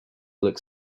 look